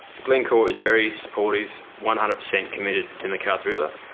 glencore is very supportive, one hundred percent committed to mcarthur river.